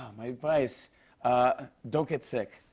my advice don't get sick.